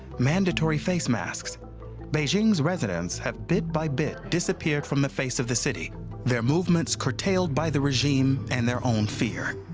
mandatory face masks beijing's residents have bit by bit disappeared from the face of the city their movements curtailed by the regime and their own fear.